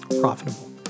profitable